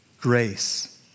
grace